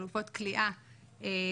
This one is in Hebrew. חלופות כליאה שמקודמות,